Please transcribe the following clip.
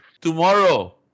Tomorrow